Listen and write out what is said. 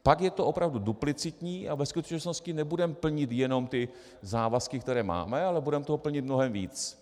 Pak je to opravdu duplicitní a ve skutečnosti nebudeme plnit jenom ty závazky, které máme, ale budeme toho plnit mnohem víc.